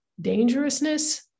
dangerousness